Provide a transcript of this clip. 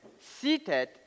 seated